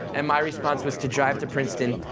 and my response was to drive to princeton,